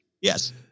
Yes